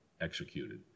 executed